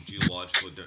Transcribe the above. geological